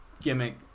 gimmick